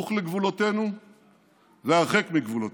סמוך לגבולותינו והרחק מגבולותינו.